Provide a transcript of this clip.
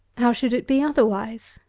how should it be otherwise?